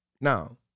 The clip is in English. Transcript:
Now